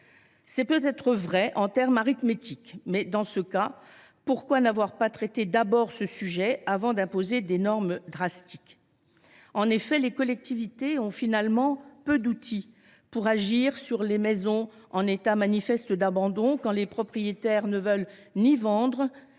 C’est peut être vrai d’un point de vue arithmétique. Mais, dans ce cas, pourquoi n’avoir pas traité d’abord ce sujet avant d’imposer des normes draconiennes ? En effet, les collectivités ont en définitive peu d’outils pour agir sur les maisons qui se trouvent en état manifeste d’abandon, quand les propriétaires ne veulent ni vendre